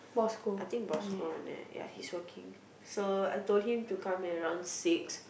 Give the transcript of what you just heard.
I think ya he's working so I told him to come at around six